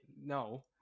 no